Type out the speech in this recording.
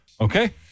Okay